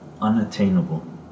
unattainable